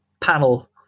panel